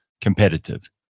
competitive